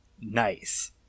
nice